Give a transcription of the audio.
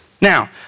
Now